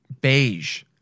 beige